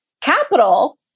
capital